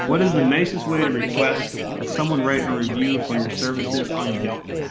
what is the nicest way to request someone writing a review for your services on yelp?